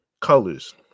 colors